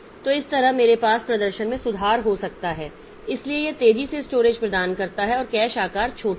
तो इस तरह मेरे पास प्रदर्शन में सुधार हो सकता है इसलिए यह तेजी से स्टोरेज प्रदान करता है और कैश आकार छोटा है